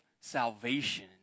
salvation